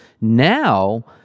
Now